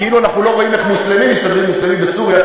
כאילו אנחנו לא רואים איך מוסלמים מסתדרים עם מוסלמים בסוריה,